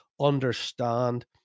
understand